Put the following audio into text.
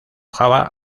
java